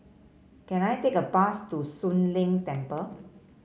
can I take a bus to Soon Leng Temple